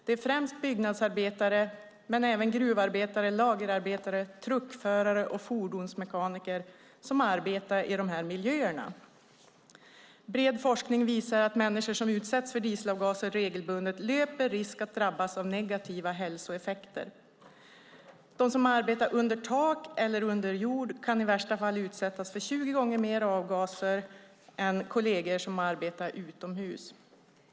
Det är främst byggnadsarbetare men även gruvarbetare, lagerarbetare, truckförare och fordonsmekaniker som arbetar i dessa miljöer. Bred forskning visar att människor som utsätts för dieselavgaser regelbundet löper risk att drabbas av negativa hälsoeffekter. De som arbetar under tak eller under jord kan i värsta fall utsättas för 20 gånger mer avgaser än kolleger som arbetar utomhus.